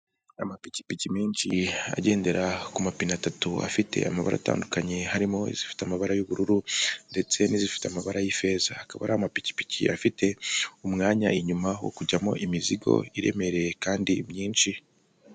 Amapikipiki menshi agendera ku mapine atatu afite amabara atandukanye, harimo izifite amabara y'ubururu ndetse n'izifite amabara y'ifeza .Hakaba hari amapikipiki afite umwanya inyuma wo kujyamo imizigo iremereye kandi myinshi.